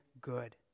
good